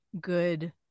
good